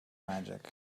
magic